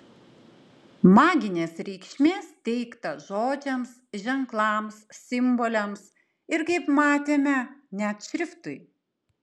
maginės reikšmės teikta žodžiams ženklams simboliams ir kaip matėme net šriftui